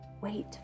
wait